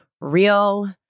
real